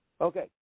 Okay